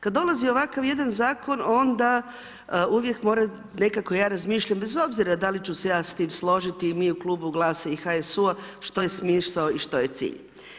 Kada dolazi ovakav jedan zakon onda uvijek mora, nekako ja razmišljam bez obzira da li ću se ja s time složiti i mi u klubu GLAS-a i HSU-a što je smisao i što je cilj.